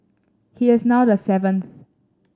he is now the seventh